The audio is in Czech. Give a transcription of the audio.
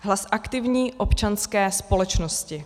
Hlas aktivní občanské společnosti.